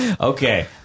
Okay